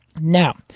Now